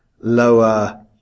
lower